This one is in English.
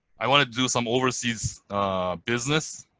i wanted to do some overseas business.